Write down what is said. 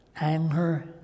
anger